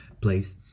place